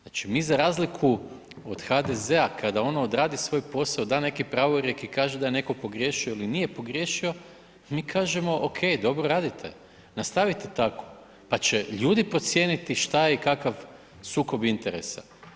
Znači mi za razliku od HDZ-a kada ono odradi svoj posao, da neki pravorijek i kaže da je netko pogriješio ili nije pogriješio, mi kažemo ok, dobro radite, nastavite tako pa će ljudi procijeniti šta je kakav sukob interesa.